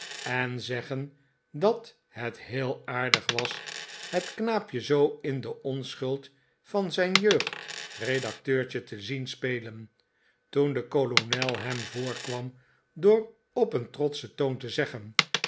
en zeggen dat het heel aardig was het knaapje zoo in de onschuld van zijn jeugd redacteurtje te zien spelen toen de kolonel hem voorkwam door op een trotschen toon te zeggen